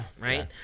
right